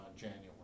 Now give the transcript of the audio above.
January